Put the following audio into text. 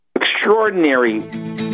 Extraordinary